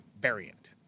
variant